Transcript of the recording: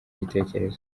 gitekerezo